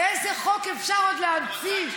איזה חוק אפשר עוד להמציא?